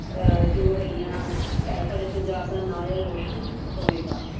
ਜੋ ਹੈਗੀਆਂ ਸਾਡੇ ਪੰਜਾਬ ਦਾ ਨਾਂ ਜਿਹੜਾ ਰੌਸ਼ਨ ਹੋਵੇਗਾ